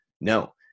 No